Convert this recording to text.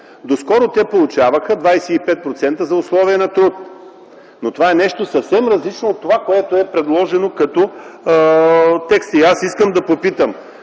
Доскоро те получаваха 25% за условия на труд, но това е нещо съвсем различно от това, което е предложено като текст. Скоро ще четем